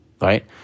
right